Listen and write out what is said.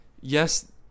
yes